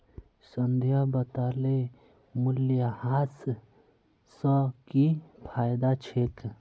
संध्या बताले मूल्यह्रास स की फायदा छेक